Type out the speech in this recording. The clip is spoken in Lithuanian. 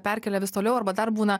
perkelia vis toliau arba dar būna